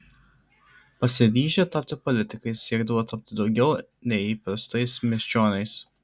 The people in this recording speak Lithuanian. pasiryžę tapti politikais siekdavo tapti daugiau nei įprastais miesčioniais